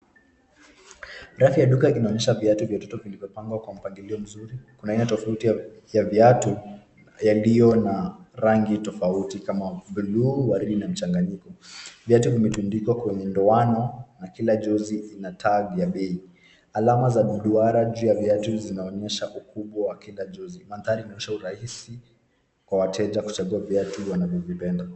Rafu ya duka inaonyesha viatu vya watoto vilivyopangwa kwa mpangilio mzuri. Kuna aina tofauti ya viatu yaliyo na rangi tofauti kama: bluu, waridi na mchanganyiko. Viatu vimetundikwa kwenye ndoano na kila jozi ina tag vya bei. Alama za mduara juu ya viatu zinaonyesha ukubwa wa kila jozi. Mandhari inaonyesha urahisi kwa wateja kuchagua viatu wanavyovipenda.